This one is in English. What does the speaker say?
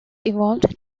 evolved